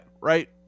right